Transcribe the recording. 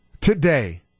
today